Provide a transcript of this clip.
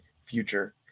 future